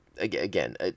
Again